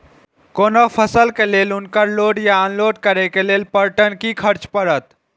कोनो फसल के लेल उनकर लोड या अनलोड करे के लेल पर टन कि खर्च परत?